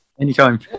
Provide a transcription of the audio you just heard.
Anytime